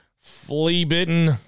Flea-bitten